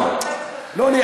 לא,